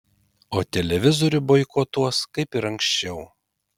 o televizorių boikotuos kaip ir anksčiau